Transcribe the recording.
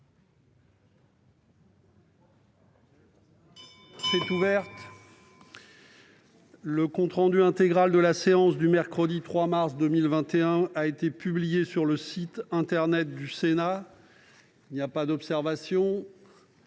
est ouverte. Le compte rendu intégral de la séance du mercredi 3 mars 2021 a été publié sur le site internet du Sénat. Il n'y a pas d'observation